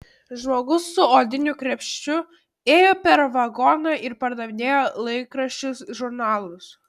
žmogus su odiniu krepšiu ėjo per vagoną ir pardavinėjo laikraščius žurnalus